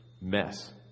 mess